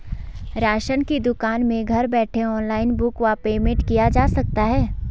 Ration की दुकान में घर बैठे ऑनलाइन बुक व पेमेंट किया जा सकता है?